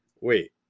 Wait